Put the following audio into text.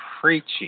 preaching